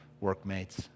workmates